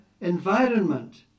environment